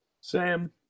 Sam